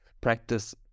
practice